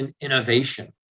Innovation